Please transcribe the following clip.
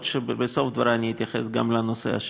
אבל בסוף דברי אני אתייחס גם לנושא השני.